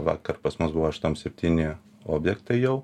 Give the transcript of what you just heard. vakar pas mus buvo aštuom septyni objektai jau